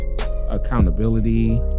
accountability